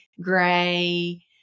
gray